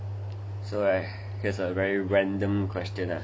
so I guess a very random question ah